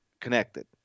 connected